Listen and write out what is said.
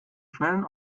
schnellen